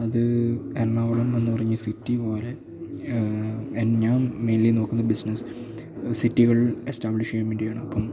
അത് എറണാകുളം എന്നു പറഞ്ഞ സിറ്റി പോലെ ഞാൻ മെയിൻലി നോക്കുന്നത് ബിസിനസ്സ് സിറ്റികളില് എസ്റ്റാബ്ലിഷ് ചെയ്യാൻ വേണ്ടിയാണ് അപ്പോള്